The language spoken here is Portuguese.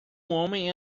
homem